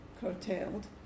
curtailed